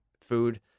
food